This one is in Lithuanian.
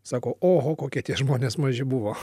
sako oho kokie tie žmonės maži buvo